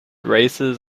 races